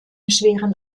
schweren